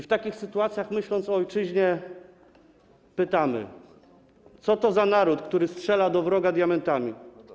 W takich sytuacjach, myśląc o ojczyźnie, pytamy: Co to za naród, który strzela do wroga diamentami?